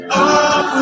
up